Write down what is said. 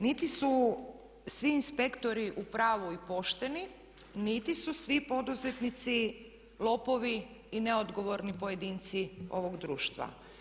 Niti su svi inspektori u pravu i pošteni niti su svi poduzetnici lopovi i neodgovorni pojedinci ovog društva.